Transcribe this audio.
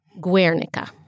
Guernica